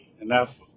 enough